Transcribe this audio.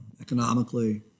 economically